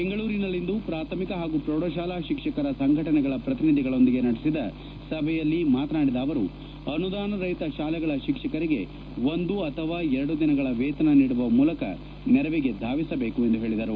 ಬೆಂಗಳೂರಿನಲ್ಲಿಂದು ಪ್ರಾಥಮಿಕ ಹಾಗೂ ಪ್ರೌಢಶಾಲಾ ಶಿಕ್ಷಕರ ಸಂಘಟನೆಗಳ ಪ್ರತಿನಿಧಿಗಳೊಂದಿಗೆ ನಡೆಸಿದ ಸಭೆಯಲ್ಲಿ ಮಾತನಾಡಿದ ಅವರು ಅನುದಾನ ರಹಿತ ಶಾಲೆಗಳ ಶಿಕ್ಷಕರಿಗೆ ಒಂದು ಅಥವಾ ಎರಡು ದಿನಗಳ ವೇತನ ನೀಡುವ ಮೂಲಕ ನೆರವಿಗೆ ಧಾವಿಸಬೇಕು ಎಂದು ಹೇಳಿದರು